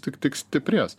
tik tik stiprės